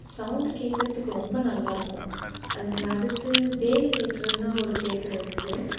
sound கேட் கறதுக்கு ரொம்ப நல்லாயிருக்கும் அது அடுத்து தேவி தேட்ருன்னு ஒரு தேட்டர் இருக்குது